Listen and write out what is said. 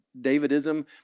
Davidism